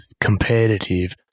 competitive